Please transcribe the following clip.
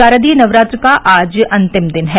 शारदीय नवरात्र का आज अंतिम दिन है